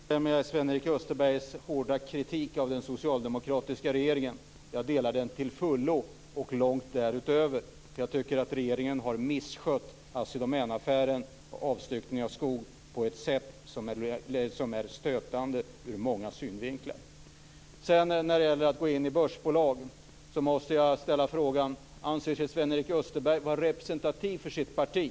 Fru talman! Jag instämmer först i Sven-Erik Österbergs hårda kritik mot den socialdemokratiska regeringen. Jag delar den till fullo och långt därutöver. Jag tycker att regeringen har misskött Assi Domänaffären och avstyckningen av skog på ett sätt som är stötande ur många synvinklar. När det sedan gäller att gå in i börsbolag måste jag ställa frågan: Anser sig Sven-Erik Österberg vara representativ för sitt parti?